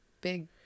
big